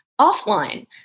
offline